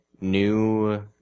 new